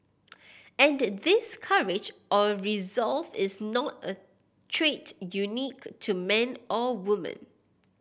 and this courage or resolve is not a trait unique to man or woman